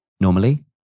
normally